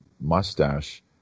mustache